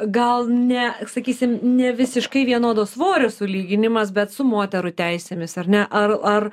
gal ne sakysim nevisiškai vienodo svorio sulyginimas bet su moterų teisėmis ar ne ar ar